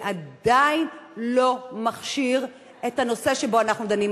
אבל זה עדיין לא מכשיר את הנושא שבו אנחנו דנים.